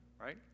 right